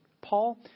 Paul